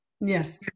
Yes